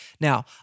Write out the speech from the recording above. Now